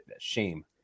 Shame